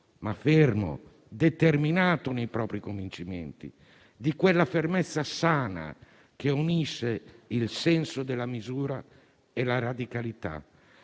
ma fermo, determinato nei propri convincimenti; di quella fermezza sana che unisce il senso della misura e la radicalità.